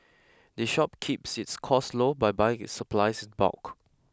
the shop keeps its costs low by buying its supplies in bulk